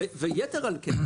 יתר על כן,